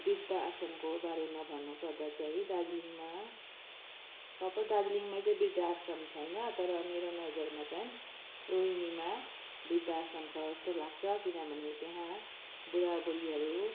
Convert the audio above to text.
वृद्ध आश्रमको बारेमा भन्नु पर्दा चाहिँ दार्जिलिङमा प्रपर दार्जिलिङमै चाहिँ वृद्ध आश्रम छैन तर मेरो नजरमा चाहिँ रोहिनीमा वृद्ध आश्रम छ जस्तो लाग्छ किनभने त्यहाँ बुढा बुढीहरू